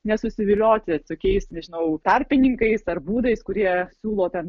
nesusivilioti tokiais nežinau tarpininkais ar būdais kurie siūlo ten